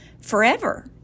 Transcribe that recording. forever